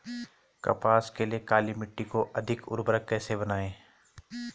कपास के लिए काली मिट्टी को अधिक उर्वरक कैसे बनायें?